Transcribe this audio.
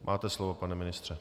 Máte slovo, pane ministře.